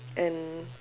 and